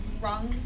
wrong